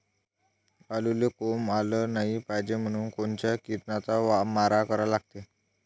आलूले कोंब आलं नाई पायजे म्हनून कोनच्या किरनाचा मारा करा लागते?